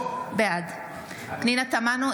בעד פנינה תמנו,